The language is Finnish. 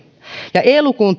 ja e lukuun